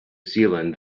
zealand